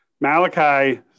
Malachi